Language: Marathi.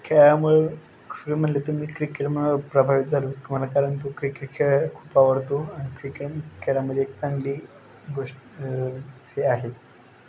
खेळामुळे म्हटलं तर मी क्रिकेटमुळे मी प्रभावित झालो मला कारण तो क्रिकेट खेळ खूप आवडतो आणि क्रिकेट खेळामध्ये एक चांगली गोष्ट हे आहे